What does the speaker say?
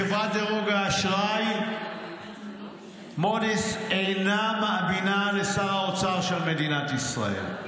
חברת דירוג האשראי מודי'ס אינה מאמינה לשר האוצר של מדינת ישראל.